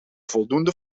voldoende